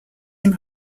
him